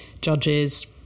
judges